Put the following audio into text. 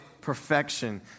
perfection